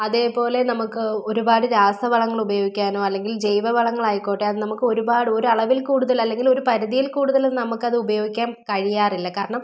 അതേപോലെ നമുക്ക് ഒരുപാട് രാസവളങ്ങൾ ഉപയോഗിക്കാനോ അല്ലെങ്കിൽ ജൈവവളങ്ങൾ ആയിക്കോട്ടെ അത് നമുക്ക് ഒരുപാട് ഒരു അളവിൽ കൂടുതൽ അല്ലെങ്കിൽ ഒരു പരിധിയിൽ കൂടുതൽ നമുക്കത് ഉപയോഗിക്കാൻ കഴിയാറില്ല കാരണം